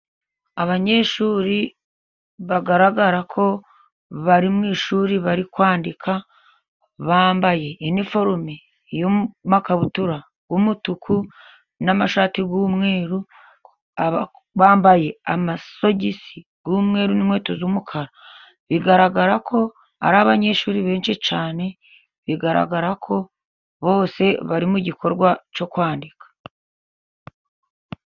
Abanyeshuri bagaragara ko bari mu ishuri bari kwandika. Bambaye iniforume y'amakabutura y'umutuku n'amashati y'umweru, bambaye amasogisi y'umweru n'inkweto z'umukara. Bigaragara ko ari abanyeshuri benshi cyane, bigaragara ko bose bari mu gikorwa cyo kwandika.